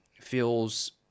feels